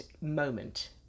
moment